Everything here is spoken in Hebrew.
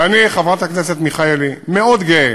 ואני, חברת הכנסת מיכאלי, מאוד גאה,